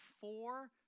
four